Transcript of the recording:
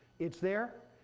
it's there.